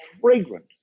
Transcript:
fragrant